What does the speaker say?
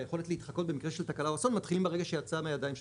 היכולת להתחקות במקרה של תקלה או אסון מתחיל ברגע שזה יצא מהידיים שלך.